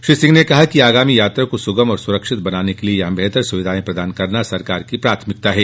श्री सिंह ने कहा कि आगामी यात्रा को सुगम और सुरक्षित बनाने के लिए यहां बेहतर सुविधाएं प्रदान करना सरकार की प्राथमिकता है